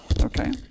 Okay